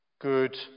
Good